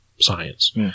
science